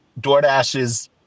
DoorDash's